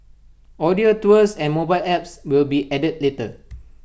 audio tours and mobile apps will be added later